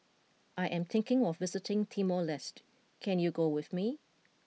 I am thinking of visiting Timor Leste can you go with me